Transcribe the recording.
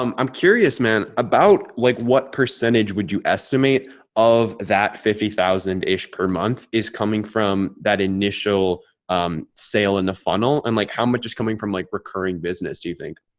um i'm curious man about like, what percentage would you estimate of that? fifty thousand and eight per month is coming from that initial um sale in the funnel and like how much is coming from like recurring business do you think?